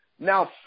Now